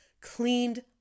cleaned